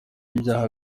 ibyaha